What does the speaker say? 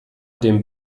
den